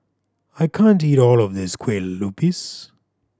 I can't eat all of this Kueh Lupis